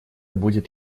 будет